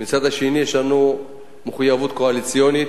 מצד שני יש לנו מחויבות קואליציונית,